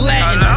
Latin